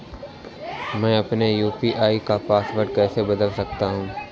मैं अपने यू.पी.आई का पासवर्ड कैसे बदल सकता हूँ?